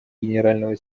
генерального